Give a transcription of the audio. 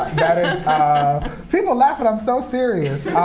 that is people laughing, i'm so serious.